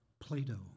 Plato